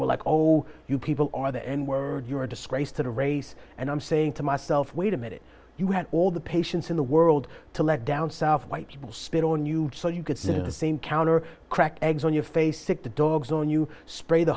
were like oh you people are the n word you're a disgrace to race and i'm saying to myself wait a minute you had all the patients in the world to let down south white people spit on you so you could sit in a same counter crack eggs on your face sick the dogs on you spray the